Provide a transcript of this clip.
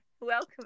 Welcome